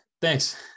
thanks